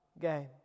game